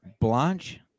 blanche